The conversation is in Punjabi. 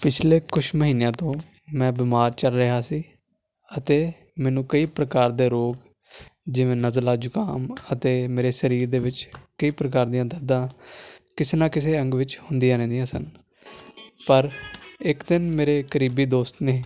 ਪਿਛਲੇ ਕੁਛ ਮਹੀਨਿਆਂ ਤੋਂ ਮੈਂ ਬਿਮਾਰ ਚੱਲ ਰਿਹਾ ਸੀ ਅਤੇ ਮੈਨੂੰ ਕਈ ਪ੍ਰਕਾਰ ਦੇ ਰੋਗ ਜਿਵੇਂ ਨਜ਼ਲਾ ਜੁਗਾਮ ਅਤੇ ਮੇਰੇ ਸਰੀਰ ਦੇ ਵਿੱਚ ਕਈ ਪ੍ਰਕਾਰ ਦੀਆਂ ਦਰਦਾਂ ਕਿਸੇ ਨਾ ਕਿਸੇ ਅੰਗ ਵਿੱਚ ਹੁੰਦੀਆਂ ਰਹਿੰਦੀਆਂ ਸਨ ਪਰ ਇੱਕ ਦਿਨ ਮੇਰੇ ਕਰੀਬੀ ਦੋਸਤ ਨੇ